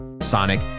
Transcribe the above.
Sonic